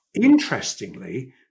interestingly